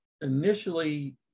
initially